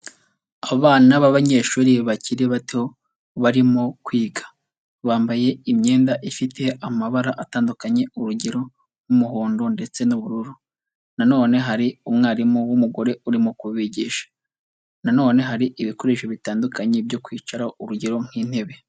Abana b'abanyeshuri bakiri bato barimo kwiga, bambaye imyenda ifite amabara atandukanye urugero rw'umuhondo ndetse n'ubururu, na none hari umwarimu w'umugore urimo kubigisha, na none hari ibikoresho bitandukanye byo kwicaraho urugero nk'intebe.